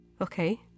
Okay